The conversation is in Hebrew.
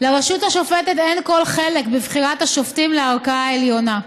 לרשות השופטת אין כל חלק בבחירת השופטים לערכאה העליונה.